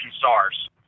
SARS